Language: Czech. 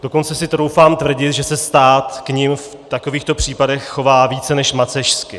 Dokonce si troufám tvrdit, že se stát k nim v takovýchto případech chová více než macešsky.